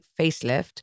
facelift